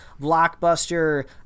blockbuster